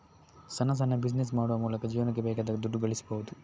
ಸಣ್ಣ ಸಣ್ಣ ಬಿಸಿನೆಸ್ ಮಾಡುವ ಮೂಲಕ ಜೀವನಕ್ಕೆ ಬೇಕಾದ ದುಡ್ಡು ಗಳಿಸ್ಬಹುದು